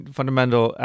Fundamental